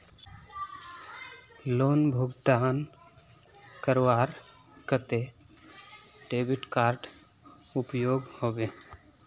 Loan भुगतान करवार केते डेबिट कार्ड उपयोग होबे?